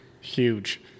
huge